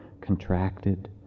contracted